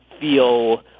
feel